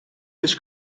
his